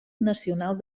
nacional